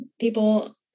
people